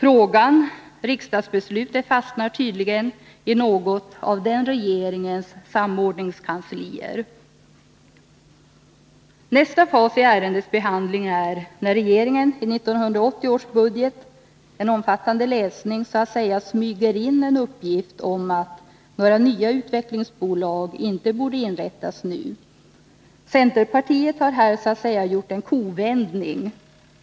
Riksdagsbeslutet fastnar tydligen i något av den regeringens samordningskanslier. Nästa fas i ärendets behandling är när regeringen i 1980 års budget — en omfattande läsning — så att säga smyger in en uppgift om att ”några nya Behandlingen av utvecklingsbolag inte borde inrättas nu”. Centerpartiet har här gjort en kovändning.